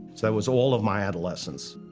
that was all of my adolescence.